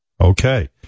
Okay